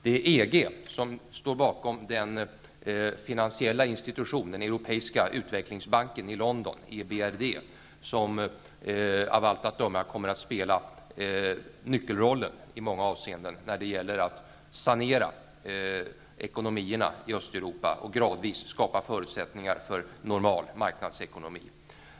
Det är EG som står bakom den finansiella institution, den europeiska utvecklingsbanken i London, EBRD, som av allt att döma kommer att spela nyckelrollen i många avseenden när det gäller att sanera ekonomierna i Östeuropa och gradvis skapa förutsättningar för normal marknadsekonomi.